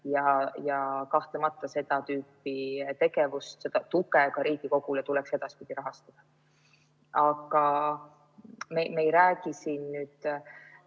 ja kahtlemata seda tüüpi tegevust, seda tuge ka Riigikogule tuleks edaspidi rahastada. Aga me ei räägi siin ainult,